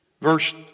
verse